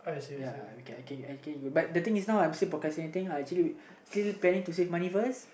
ya we can but the thing is now I'm still procrastinating actually we still planning to save money first